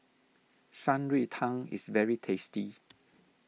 Shan Rui Tang is very tasty